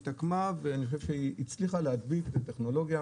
אבל היא השתקמה והצליחה להדביק את הטכנולוגיה